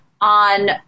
on